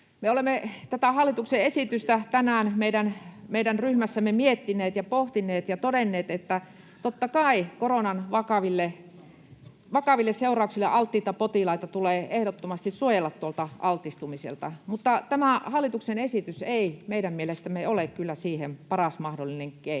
Me olemme tätä hallituksen esitystä tänään meidän ryhmässämme miettineet ja pohtineet ja todenneet, että totta kai koronan vakaville seurauksille alttiita potilaita tulee ehdottomasti suojella altistumiselta, mutta tämä hallituksen esitys ei meidän mielestämme ole kyllä siihen paras mahdollinen keino,